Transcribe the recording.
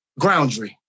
Groundry